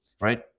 right